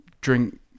drink